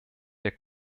der